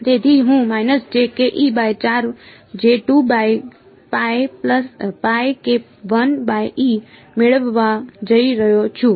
તેથી હું મેળવવા જઈ રહ્યો છું